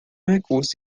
recurso